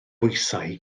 bwysau